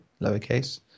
lowercase